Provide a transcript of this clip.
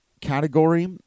category